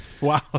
Wow